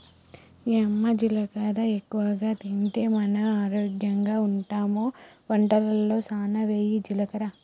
యమ్మ జీలకర్ర ఎక్కువగా తింటే మనం ఆరోగ్యంగా ఉంటామె వంటలలో సానా వెయ్యి జీలకర్ర